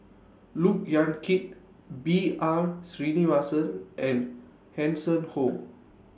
Look Yan Kit B R Sreenivasan and Hanson Ho